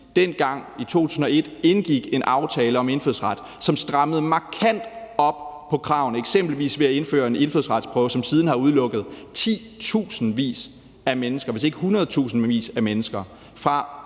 dengang i 2001 indgik en aftale om indfødsret, som strammede markant op på kravene, eksempelvis ved at indføre en indfødsretsprøve, som siden har udelukket titusindvis af mennesker – hvis ikke hundredtusindvis af mennesker – fra